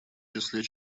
числе